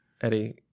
Eddie